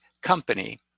company